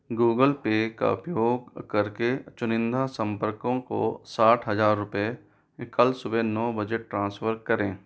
Google Pay का उपयोग करके चुनिंदा संपर्कों को साठ हजार रुपये कल सुबह नौ बजे ट्रांसफ़र करें